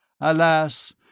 Alas